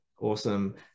Awesome